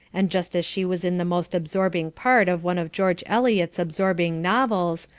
and just as she was in the most absorbing part of one of george eliot's absorbing novels,